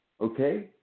okay